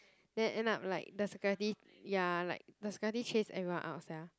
then end up like the security ya like the security chase everyone out sia